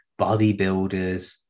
bodybuilders